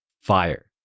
fire